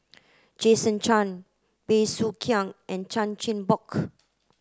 Jason Chan Bey Soo Khiang and Chan Chin Bock